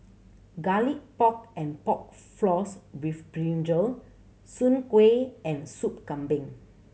Garlic Pork and Pork Floss with brinjal soon kway and Sop Kambing